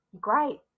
great